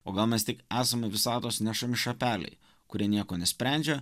o gal mes tik esame visatos nešami šapeliai kurie nieko nesprendžia